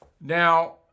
Now